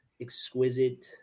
exquisite